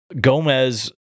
Gomez